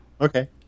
Okay